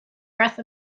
breath